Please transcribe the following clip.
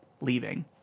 leaving